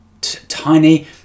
tiny